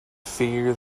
fear